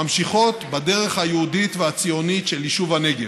ממשיכות בדרך היהודית והציונית של יישוב הנגב.